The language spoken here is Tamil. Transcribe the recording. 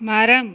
மரம்